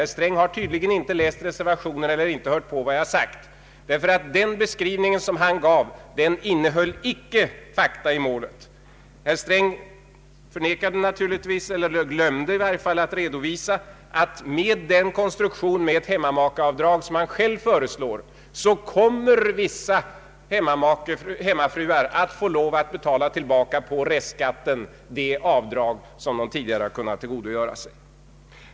Herr Sträng har tydligen inte läst reservationen eller inte lyssnat på vad jag har sagt, ty den beskrivning han gav innehöll icke fakta i målet. Herr Sträng nekade naturligtvis till, eller glömde, att redovisa, att med den konstruktion med hemmamakeavdrag som han hjälv föreslår, så kommer vissa hemmafruar att bli tvungna att betala tillbaka på restskatten det avdrag som man tidigare har kunnat tillgodogöra sig.